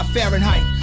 Fahrenheit